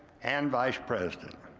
and vice president.